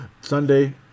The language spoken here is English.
Sunday